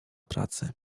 pracy